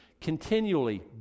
continually